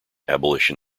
abolition